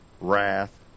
wrath